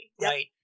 Right